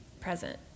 present